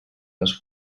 les